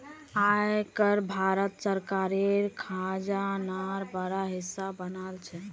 आय कर भारत सरकारेर खजानार बड़ा हिस्सा बना छे